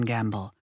Gamble